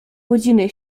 godziny